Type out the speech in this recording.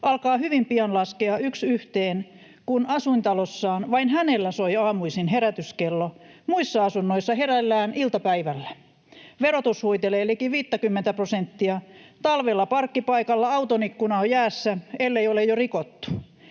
alkaa hyvin pian laskea yksi yhteen, kun asuintalossaan vain hänellä soi aamuisin herätyskello, muissa asunnoissa heräillään iltapäivällä. Verotus huitelee liki 50:tä prosenttia, ja talvella parkkipaikalla auton ikkuna on jäässä, ellei ole jo rikottu.